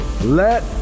let